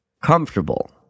comfortable